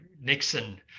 Nixon